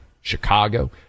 chicago